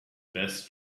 best